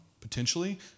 potentially